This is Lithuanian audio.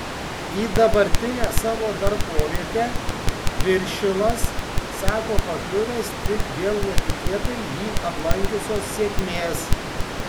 į dabartinę savo darbovietę viršilas sako pakliuvęs tik dėl netikėtai jį aplankiusios sėkmės